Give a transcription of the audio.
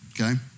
okay